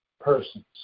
persons